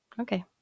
okay